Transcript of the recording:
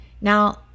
Now